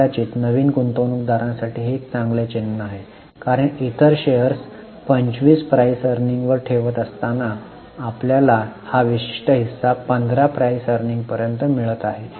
कदाचित नवीन गुंतवणूकदारासाठी हे एक चांगले चिन्ह आहे कारण इतर शेअर्स 25 पीईवर ठेवत असताना आपल्याला हा विशिष्ट हिस्सा 15 पीईवर मिळत आहे